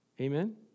Amen